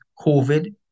COVID